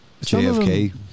JFK